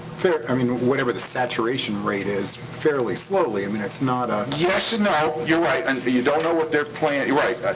i mean whatever the saturation rate is, fairly slowly. i mean it's not a. yes and no. you're right. and but you don't know what their plan. you're right.